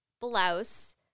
blouse